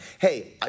Hey